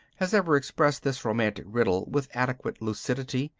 has ever expressed this romantic riddle with adequate lucidity,